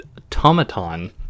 automaton